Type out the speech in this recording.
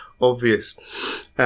obvious